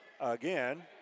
again